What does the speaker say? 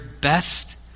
best